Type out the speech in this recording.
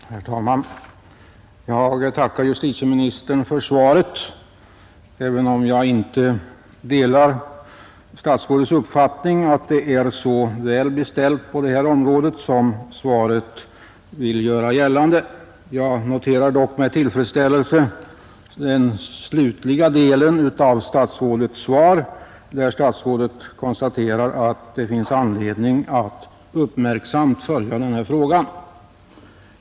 Herr talman! Jag tackar justitieministern för svaret, även om jag inte delar statsrådets uppfattning att det är så väl beställt på det här området som svaret vill göra gällande. Med tillfredsställelse noterar jag dock den senare delen av statsrådets svar, där statsrådet konstaterar att det finns anledning att uppmärksamt följa frågan.